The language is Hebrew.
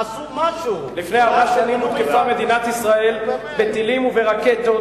לפני ארבע שנים הותקפה מדינת ישראל בטילים וברקטות